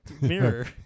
mirror